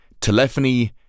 telephony